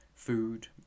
Food